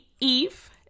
Eve